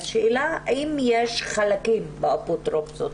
האם יש חלקים באפוטרופסות